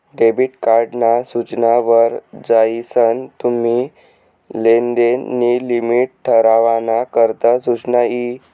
debit card ना सूचना वर जायीसन तुम्ही लेनदेन नी लिमिट ठरावाना करता सुचना यी